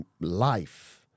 life